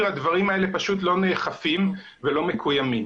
הדברים האלה פשוט לא נאכפים ולא מקוימים.